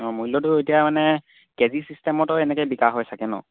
অঁ মূল্যটো এতিয়া মানে কে জি চিষ্টেমতো এনেকে বিকা হয় চাগে ন